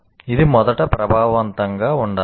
ఇది మొదట ప్రభావవంతంగా ఉండాలి